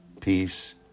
peace